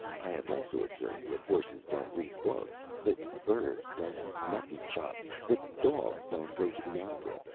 i have also observed that horses don't read books, that birds don't eat mutton-chops, that dogs don't go to the opera,